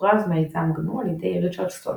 הוכרז מיזם גנו על ידי ריצ'רד סטולמן.